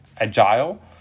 agile